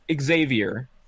Xavier